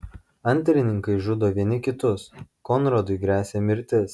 antrininkai žudo vieni kitus konradui gresia mirtis